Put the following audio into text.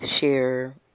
share